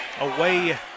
away